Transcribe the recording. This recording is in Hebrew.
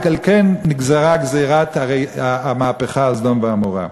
ועל כן נגזרה גזירת מהפכת סדום ועמורה.